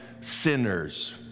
sinners